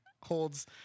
Holds